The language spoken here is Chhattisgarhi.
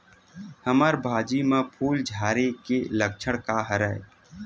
हमर भाजी म फूल झारे के लक्षण का हरय?